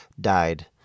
died